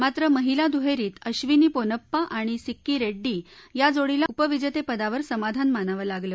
मात्र महिला दुहरीत अक्षिनी पोनप्पा आणि सिक्की रव्ह्की या जोडीला उपविजत्त्वद्वावर समाधान मानावं लागलं